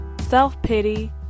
self-pity